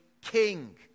king